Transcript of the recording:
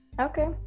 okay